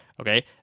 okay